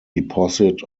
deposit